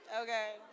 Okay